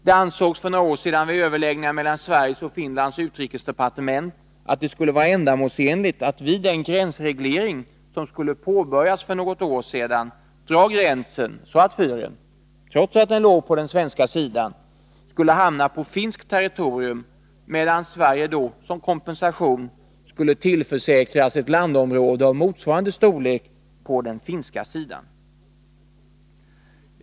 Det ansågs vid överläggningar för några år sedan mellan Sveriges och Finlands utrikesdepartement att det skulle vara ändamålsenligt att vid den gränsreglering som skulle påbörjas för något år sedan dra gränsen så, att fyren — trots att den låg på den svenska sidan — skulle hamna på finskt territorium, medan Sverige som kompensation skulle tillförsäkras ett landområde av motsvarande storlek på den finska sidan.